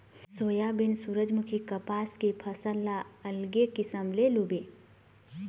soybean, सूरजमूखी, कपसा के फसल ल अलगे किसम ले लूबे